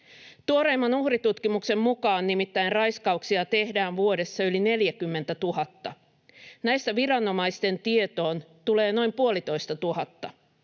Tuoreimman uhritutkimuksen mukaan nimittäin raiskauksia tehdään vuodessa yli 40 000. Näistä viranomaisten tietoon tulee noin puolitoista tuhatta,